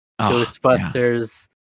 Ghostbusters